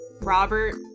Robert